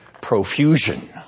profusion